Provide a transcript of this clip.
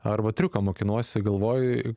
arba triuką mokinuosi galvoj